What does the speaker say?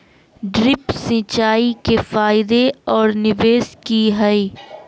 Drip सिंचाई के फायदे और निवेस कि हैय?